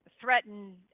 threatened